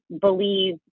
believe